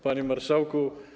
Panie Marszałku!